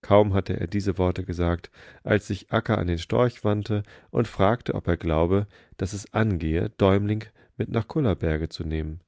kaum hatte er diese worte gesagt als sich akka an den storch wandte und fragte ob er glaube daß es angehe däumling mit nach dem kullaberge zu nehmen